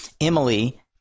Emily